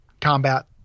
combat